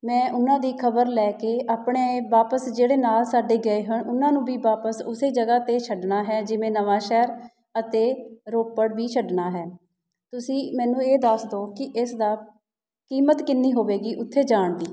ਮੈਂ ਉਹਨਾਂ ਦੀ ਖਬਰ ਲੈ ਕੇ ਆਪਣੇ ਵਾਪਸ ਜਿਹੜੇ ਨਾਲ ਸਾਡੇ ਗਏ ਹੋਣ ਉਹਨਾਂ ਨੂੰ ਵੀ ਵਾਪਸ ਉਸ ਜਗ੍ਹਾ 'ਤੇ ਛੱਡਣਾ ਹੈ ਜਿਵੇਂ ਨਵਾਂਸ਼ਹਿਰ ਅਤੇ ਰੋਪੜ ਵੀ ਛੱਡਣਾ ਹੈ ਤੁਸੀਂ ਮੈਨੂੰ ਇਹ ਦੱਸ ਦਿਉ ਕਿ ਇਸ ਦਾ ਕੀਮਤ ਕਿੰਨੀ ਹੋਵੇਗੀ ਉੱਥੇ ਜਾਣ ਦੀ